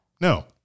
No